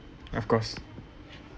of course